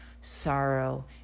sorrow